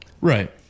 Right